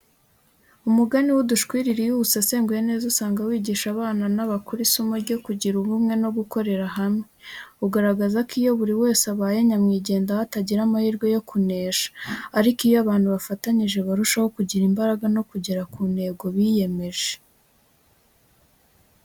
Umugani w’udushwiriri iyo uwusesenguye neza usanga wigisha abana n’abakuru isomo ryo kugira ubumwe no gukorera hamwe. Ugaragaza ko iyo buri wese abaye nyamwigendaho atagira amahirwe yo kunesha ariko iyo abantu bafatanyije barushaho kugira imbaraga no kugera ku ntego biyemeje.